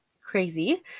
crazy